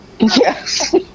Yes